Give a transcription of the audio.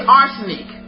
arsenic